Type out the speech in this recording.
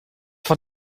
von